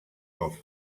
off